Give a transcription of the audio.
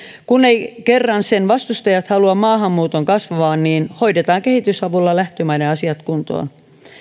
kun kerran sen vastustajat eivät halua maahanmuuton kasvavan niin hoidetaan kehitysavulla lähtömaiden asiat kuntoon